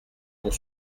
pour